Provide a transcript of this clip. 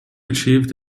achieved